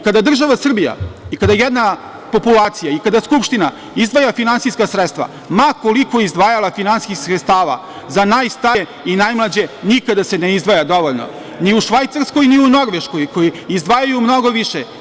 Kada država Srbija, kada jedna populacija i kada Skupština izdvaja finansijska sredstva, ma koliko izdvajala finansijskih sredstava za najstarije i najmlađe nikada se ne izdvaja dovoljno, ni u Švajcarskoj, ni u Norveškoj koji izdvajaju mnogo više.